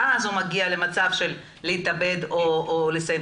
ואז הוא מגיע למצב של להתאבד או לסיים